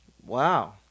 wow